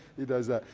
he does that.